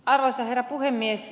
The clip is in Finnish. arvoisa herra puhemies